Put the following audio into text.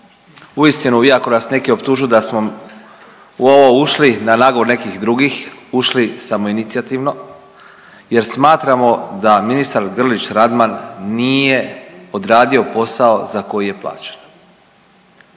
uistinu, iako nas neki optužuju da smo u ovo ušli na nagovor nekih drugih, ušli samoinicijativno jer smatramo da ministar Grlić Radman nije odradio posao za koji je plaćen.